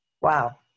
Wow